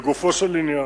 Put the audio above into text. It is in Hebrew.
לגופו של עניין.